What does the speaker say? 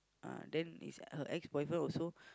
ah then is her ex boyfriend also